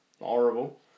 Horrible